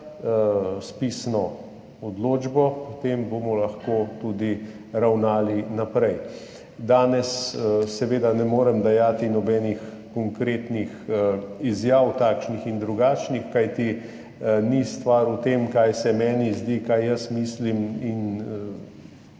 s pisno odločbo, potem bomo lahko tudi ravnali naprej. Danes seveda ne morem dajati nobenih konkretnih izjav, takšnih in drugačnih, kajti ni stvar v tem, kaj se meni zdi, kaj jaz mislim in